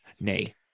Nay